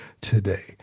today